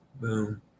Boom